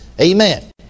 Amen